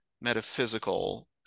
metaphysical